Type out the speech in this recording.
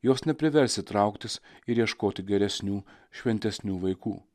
jos nepriversi trauktis ir ieškoti geresnių šventesnių vaikų